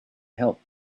help